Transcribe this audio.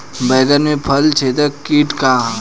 बैंगन में फल छेदक किट का ह?